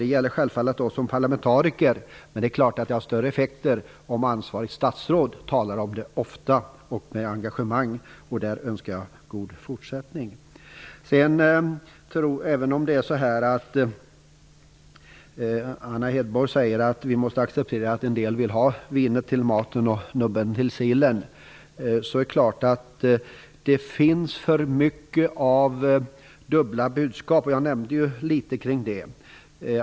Detta gäller självfallet oss som parlamentariker, men det är klart att det har större effekter om ansvarigt statsråd talar om det ofta och med engagemang. Där önskar jag god fortsättning. Anna Hedborg säger att vi måste acceptera att en del vill ha vin till maten och nubbe till sillen. Men det finns för mycket av dubbla budskap.